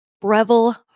Breville